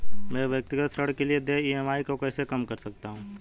मैं व्यक्तिगत ऋण के लिए देय ई.एम.आई को कैसे कम कर सकता हूँ?